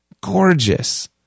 gorgeous